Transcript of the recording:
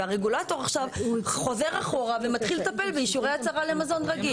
והרגולטור עכשיו חוזר אחורה ומתחיל לטפל באישורי הצהרה למזון רגיל.